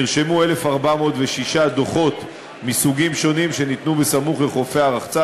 נרשמו 1,406 דוחות מסוגים שונים שניתנו בסמוך לחופי הרחצה,